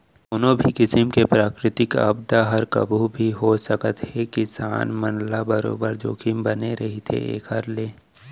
कोनो भी किसिम के प्राकृतिक आपदा हर कभू भी हो सकत हे किसान मन ल बरोबर जोखिम बने रहिथे एखर ले